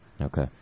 Okay